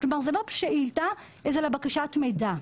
כלומר, זאת לא שאילתה אלא בקשת מידע.